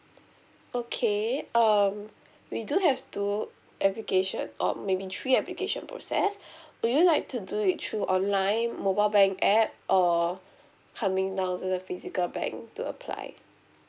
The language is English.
okay um we do have two application or maybe three application process do you like to do it through online mobile bank app or coming down to the physical bank to apply